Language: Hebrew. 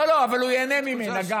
לא, לא, אבל הוא ייהנה ממנה גם.